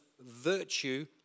virtue